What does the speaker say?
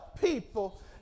people